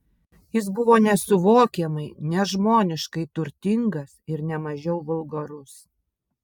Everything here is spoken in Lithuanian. jis buvo nesuvokiamai nežmoniškai turtingas ir ne mažiau vulgarus